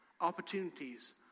Opportunities